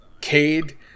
Cade